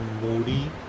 moody